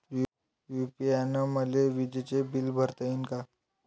UPI न मले विजेचं बिल भरता यीन का?